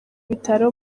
bitaro